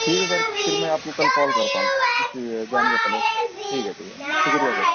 ٹھیک ہے سر پھر میں آپ کو کل کال کرتا ہوں اس جانے سے پہلے ٹھیک ہے ٹھیک ہے شکریہ سر